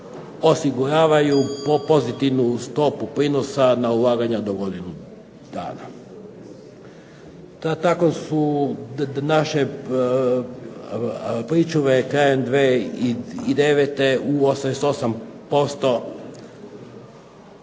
osiguravaju pozitivnu stopu prinosa na ulaganja do godinu dana. Tako su naše pričuve krajem 2009. u 88%